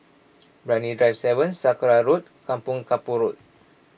Brani Drive seven Sakra Road Kampong Kapor Road